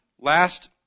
Last